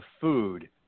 food